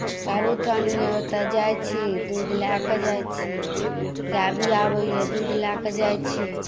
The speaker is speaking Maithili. कारूस्थानमे ओतय जाइत छी दूध लए कऽ जाइत छी गाए बिआबै यए दूध लए कऽ जाइत छी